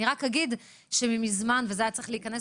אני רק אגיד שמזמן וזה היה צריך להיכנס